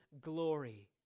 glory